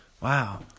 Wow